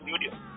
studio